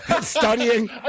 Studying